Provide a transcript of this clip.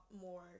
more